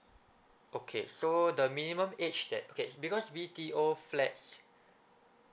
okay so the minimum age that okay because B_T_O flats